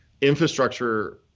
infrastructure